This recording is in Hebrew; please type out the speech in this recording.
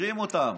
חוקרים אותם,